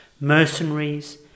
mercenaries